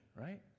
right